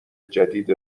جدید